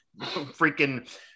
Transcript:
freaking